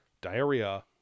diarrhea